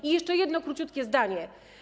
I jeszcze jedno króciutkie zdanie.